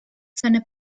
seine